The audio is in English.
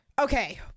Okay